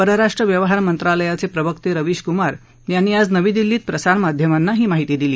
परराष्ट्र व्यवहार मंत्रालयाचे प्रवक्ते रवीश कुमार यांनी आज नवी दिल्लीत प्रसारमाध्यमांना ही माहीती दिली